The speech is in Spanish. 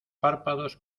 párpados